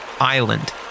Island